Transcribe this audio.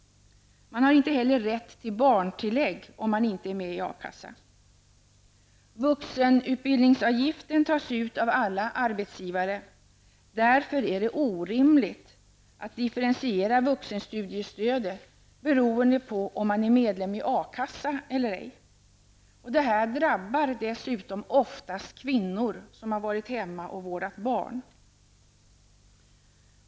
Man har inte heller rätt till barntillägg om man inte är med i A-kassa. Vuxenutbildningsavgiften tas ut av alla arbetsgivare. Därför är det orimligt att differentiera vuxenstudiestödet beroende på om man är medlem i A-kassan eller ej. Detta drabbar dessutom oftast kvinnor som varit hemma och vårdat barn.